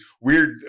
weird